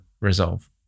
Resolve